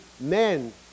men